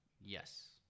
Yes